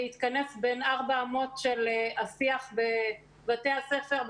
יתכנס בין ארבע אמות של השיח בבתי הספר,